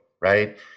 right